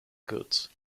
goods